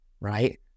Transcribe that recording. right